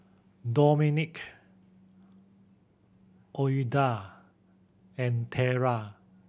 Dominic Ouida and Terra